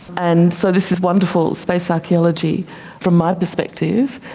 and so this is wonderful space archaeology from my perspective.